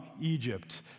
Egypt